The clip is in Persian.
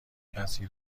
کسی